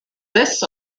this